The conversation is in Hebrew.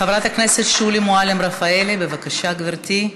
חברת הכנסת שולי מועלם-רפאלי, בבקשה, גברתי.